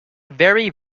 very